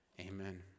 Amen